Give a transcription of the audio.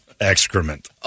excrement